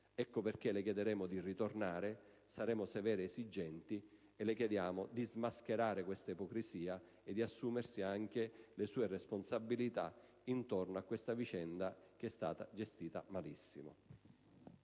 Ecco perché le chiederemo di tornare. Saremo severi ed esigenti, e le chiediamo di smascherare questa ipocrisia e di assumersi anche le sue responsabilità intorno a questa vicenda gestita malissimo.